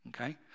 okay